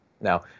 Now